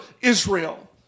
Israel